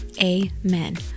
amen